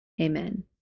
Amen